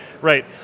right